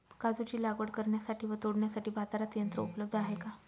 काजूची लागवड करण्यासाठी व तोडण्यासाठी बाजारात यंत्र उपलब्ध आहे का?